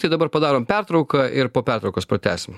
tai dabar padarom pertrauką ir po pertraukos pratęsim